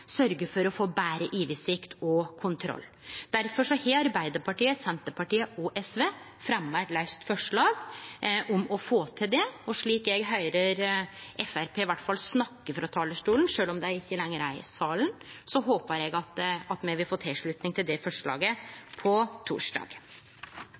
for å få betre oversikt og kontroll. Difor har Arbeidarpartiet, Senterpartiet og SV fremja eit laust forslag om å få til det, og slik eg høyrer Framstegspartiet iallfall snakke frå talarstolen, sjølv om dei ikkje lenger er i salen, håpar eg at me vil få tilslutning til det forslaget